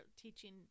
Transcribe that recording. teaching